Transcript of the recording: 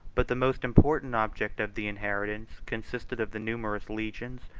but the most important object of the inheritance consisted of the numerous legions,